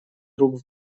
друг